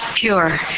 pure